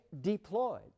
deployed